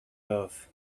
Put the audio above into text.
love